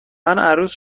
عروس